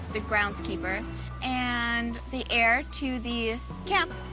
the groundskeeper and the heir to the camp,